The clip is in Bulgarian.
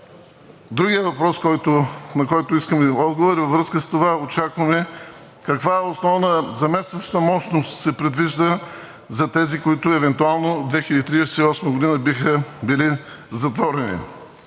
Другият въпрос, на който искам отговор, е във връзка с това очакване: каква основна заместваща мощност се предвижда за тези, които евентуално 2038 г. биха били затворени.